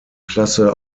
klasse